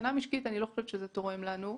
אני לא חושבת שמבחינה משקית זה תורם לנו,